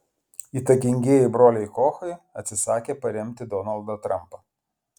įtakingieji broliai kochai atsisakė paremti donaldą trumpą